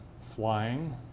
flying